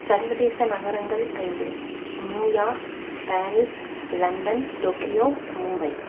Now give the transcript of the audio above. சர்வதேச நகரங்கள் ஐந்து New York Paris London Tokyo Mumbai